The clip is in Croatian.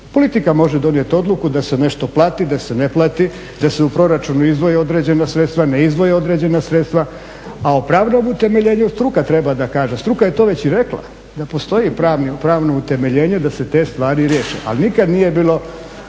Politika može donijet odluku da se nešto plati, da se ne plati, da se u proračunu izdvoje određena sredstva, ne izdvoje određena sredstva, a o pravnom utemeljenju struka treba da kaže. Struka je to već i rekla da postoji pravno utemeljenje da se te stvari riješe, ali nikad nije bilo